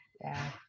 Yeah